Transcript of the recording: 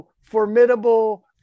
formidable